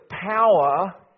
power